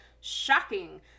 shocking